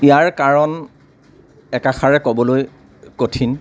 ইয়াৰ কাৰণ একাষাৰে ক'বলৈ কঠিন